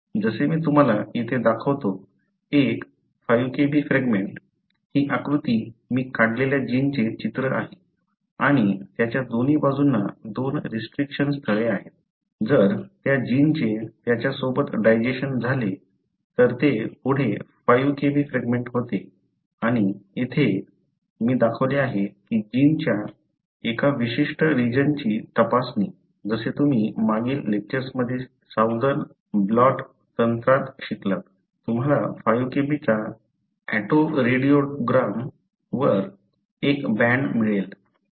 जसे मी तुम्हाला येथे दाखवतो एक 5 Kb फ्रॅगमेंट ही आकृती मी काढलेल्या जीनचे चित्र आहे आणि त्याच्या दोन्ही बाजूंना दोन रिस्ट्रिक्शन स्थळे आहेत जर त्या जीनचे त्याच्या सोबत डायजेशन झाले तर ते पुढे 5 Kb फ्रॅगमेंट होते आणि येथे मी दाखवले आहे की जीनच्या एका विशिष्ट रिजनची तपासणी जसे तुम्ही मागील लेक्चर्समध्ये साऊदर्न ब्लॉट तंत्रात शिकलात तुम्हाला 5 Kb चा ऑटोरेडिओग्राम वर एक बँड मिळेल